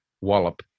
wallop